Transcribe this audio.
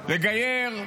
לגייר,